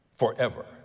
forever